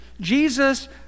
Jesus